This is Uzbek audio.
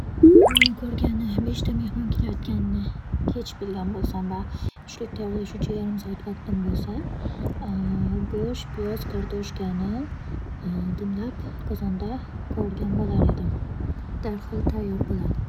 Meni ko'rgani beshta mehmon kelayotganini kech bilgan bo'lsam va tushlik tayyorlash uchun yarim soat vaqtim bo'lsa, go'sht, piyoz, kartoshkani dimlab qozonda qovurgan bo'lar edim. Darhol tayyor bo'ladi.